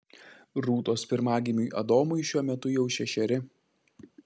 rūtos pirmagimiui adomui šiuo metu jau šešeri